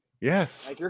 Yes